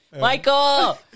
Michael